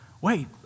Wait